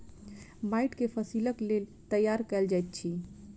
माइट के फसीलक लेल तैयार कएल जाइत अछि